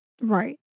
Right